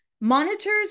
monitors